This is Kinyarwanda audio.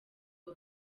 www